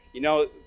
you know,